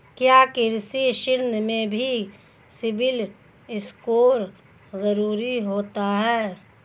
क्या कृषि ऋण में भी सिबिल स्कोर जरूरी होता है?